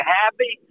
happy